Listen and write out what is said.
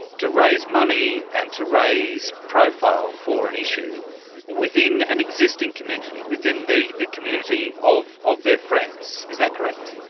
to raise money and to raise profile for an issue within an existing community, within the the community of of their friends. is that correct?